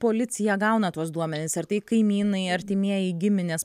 policija gauna tuos duomenis ar tai kaimynai artimieji giminės